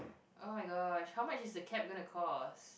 oh-my-gosh how much is the cab gonna cost